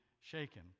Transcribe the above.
shaken